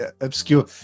Obscure